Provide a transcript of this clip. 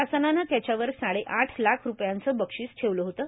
शासनानं त्याच्यावर साडेआठ लाख रुपयांचे बक्षीस ठेवलं होतं